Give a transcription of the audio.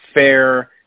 Fair